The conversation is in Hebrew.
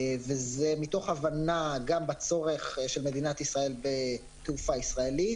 וזה מתוך הבנה בצורך של מדינת ישראל בתעופה ישראלית